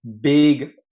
big